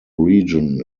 region